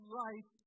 life